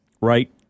Right